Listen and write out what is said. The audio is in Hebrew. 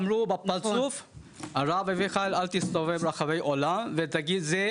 אמר בפרצוף; "אל תסתובב ותגיד שאלה